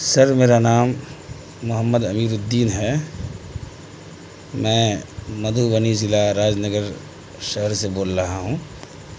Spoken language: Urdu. سر میرا نام محمد امین الدین ہے میں مدھوبنی ضلع راج نگر شہر سے بول رہا ہوں